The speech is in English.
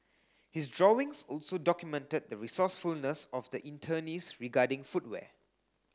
his drawings also documented the resourcefulness of the internees regarding footwear